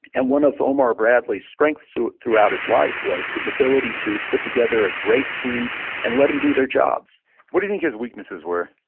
and one of omar bradley's strengths so throughout his life was his ability to put together a great team and let them do their jobs what do you think his weaknesses were?